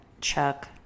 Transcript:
Chuck